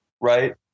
Right